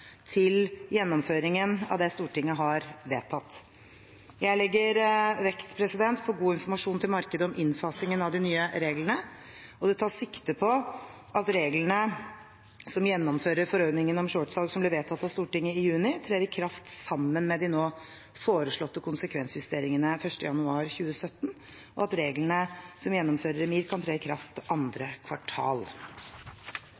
til gjennomføringen av det Stortinget har vedtatt. Jeg legger vekt på god informasjon til markedet om innfasingen av de nye reglene, og det tas sikte på at reglene som gjennomfører forordningen om shortsalg, som ble vedtatt av Stortinget i juni, trer i kraft sammen med de nå foreslåtte konsekvensjusteringene 1. januar 2017, og at reglene som gjennomfører EMIR, kan tre i kraft